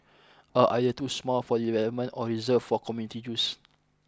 are either too small for development or reserved for community use